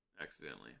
accidentally